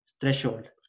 threshold